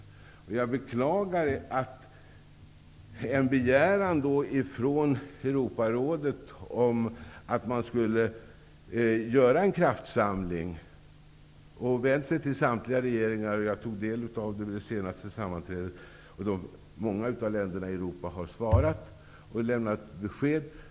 Europarådet har vänt sig till samtliga regeringar med en begäran om att man skall göra en kraftsamling. Jag tog del av detta vid det senaste sammanträdet. Många av länderna i Europa har svarat och lämnat besked.